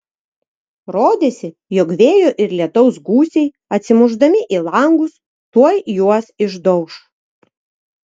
rodėsi jog vėjo ir lietaus gūsiai atsimušdami į langus tuoj juos išdauš